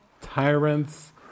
tyrants